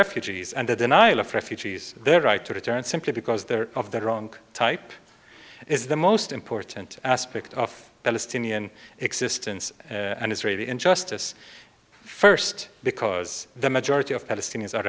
refugees and the denial of refugees their right to return simply because they're of the wrong type is the most important aspect of palestinian existence and israeli injustice first because the majority of palestinians are